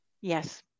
Yes